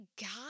God